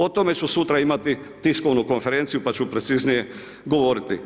O tome ću sutra imati tiskovnu konferenciju pa ću preciznije govoriti.